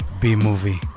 B-movie